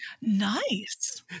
Nice